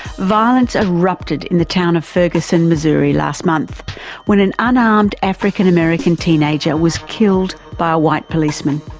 violence erupted in the town of ferguson, missouri, last month when an unarmed african-america teenager was killed by a white policeman.